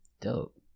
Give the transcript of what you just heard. dope